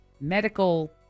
medical